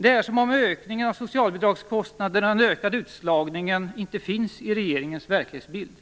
Det är som om ökningen av socialbidragskostnaderna och den ökade utslagningen inte finns i regeringens verklighetsbild.